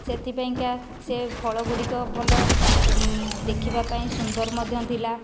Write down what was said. ସେଥିପାଇଁକା ସେ ଫଳ ଗୁଡ଼ିକ ଭଲ ଦେଖିବା ପାଇଁ ସୁନ୍ଦର ମଧ୍ୟ ଥିଲା